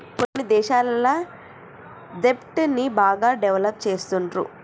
కొన్ని దేశాలల్ల దెబ్ట్ ని బాగా డెవలప్ చేస్తుండ్రు